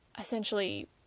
essentially